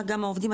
גם העובדים,